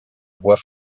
voix